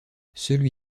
celui